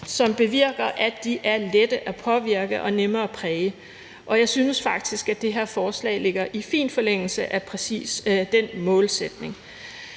som bevirker, at de er lette at påvirke og nemme at præge, og jeg synes faktisk, at det her forslag ligger i fin forlængelse af præcis den målsætning.